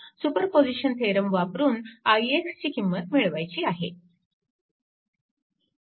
superposition theorem वापरून ixची किंमत मिळवायची आहे